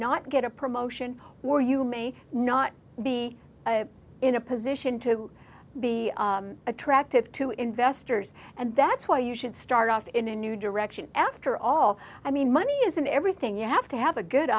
not get a promotion or you may not be in a position to be attractive to investors and that's why you should start off in a new direction after all i mean money isn't everything you have to have a good